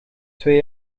twee